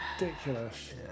ridiculous